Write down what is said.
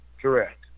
Correct